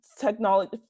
technology